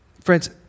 Friends